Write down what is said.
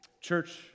Church